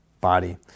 body